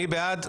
מי בעד?